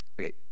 Okay